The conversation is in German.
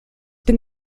bin